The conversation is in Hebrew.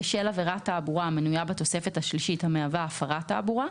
בשל עבירת תעבורה המנויה בתוספת השלישית המהווה הפרת תעבורה,